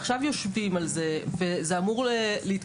עכשיו יושבים על זה וזה אמור להתקדם.